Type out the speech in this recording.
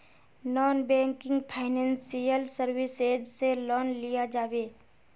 Non banking financial services से loan लिया जाबे?